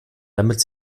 damit